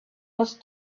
was